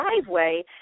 driveway